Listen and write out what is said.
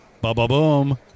Ba-ba-boom